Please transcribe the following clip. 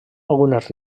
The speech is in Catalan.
algunes